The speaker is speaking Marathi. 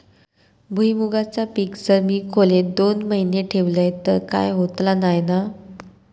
भुईमूगाचा पीक जर मी खोलेत दोन महिने ठेवलंय तर काय होतला नाय ना?